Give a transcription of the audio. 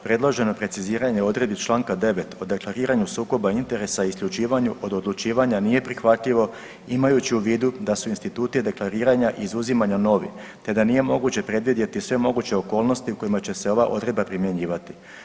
Predloženo preciziranje odredbi čl. 9. o deklariranju sukoba interesa isključivanju od odlučivanja nije prihvatljivo imajući u vidu da su instituti deklariranja izuzimanja novi te da nije moguće predvidjeti sve moguće okolnosti u kojima će se ova odredba primjenjivati.